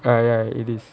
ya ya it is